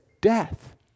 death